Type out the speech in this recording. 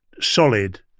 solid